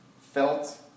felt